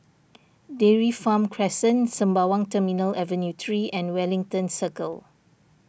Dairy Farm Crescent Sembawang Terminal Avenue three and Wellington Circle